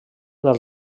del